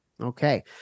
okay